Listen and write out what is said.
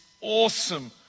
awesome